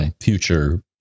future